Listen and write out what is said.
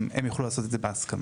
יוכלו לעשות את זה בהסכמה.